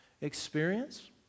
experience